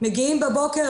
מגיעים בבוקר,